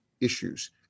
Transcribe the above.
issues